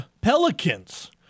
Pelicans